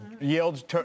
yields